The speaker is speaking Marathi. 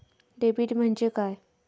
डेबिट म्हणजे काय?